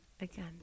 Again